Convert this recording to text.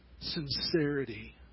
sincerity